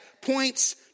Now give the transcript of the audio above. points